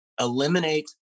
eliminate